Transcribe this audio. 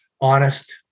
honest